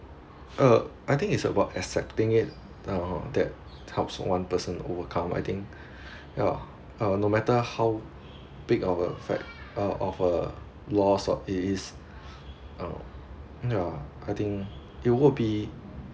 uh I think is about accepting it err that helps one person overcome I think ya uh no matter how big our fa~ uh of a loss it is um ya I think it will be